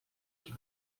que